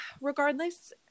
regardless